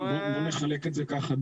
בוא נחלק את זה ככה,